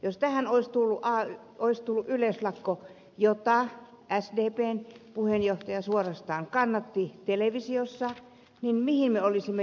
jos tähän olisi tullut yleislakko jota sdpn puheenjohtaja suorastaan kannatti televisiossa niin mihin me olisimme joutuneet